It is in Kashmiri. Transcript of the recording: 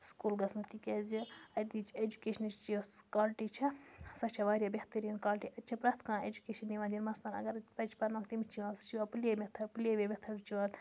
سکوٗل گژھُن تِکیٛازِ اَتِچ اٮ۪جوکیشنٕچ یۄس کالٹی چھےٚ سۄ چھےٚ واریاہ بہتریٖن کالٹی اَتہِ چھِ پرٛٮ۪تھ کانٛہہ اٮ۪جوکیشَن یِوان دِنہٕ مثلاً اگر اَتہِ پرناووکھ تٔمِس چھِ یِوان سُہ چھِ play method play way method چھِ یِوان